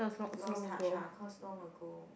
long touch ah cause long ago